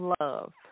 love